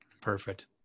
Perfect